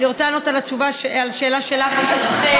אני רוצה לענות על השאלה שלך ושל רחל.